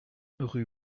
rue